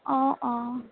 অ অ